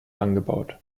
angebaut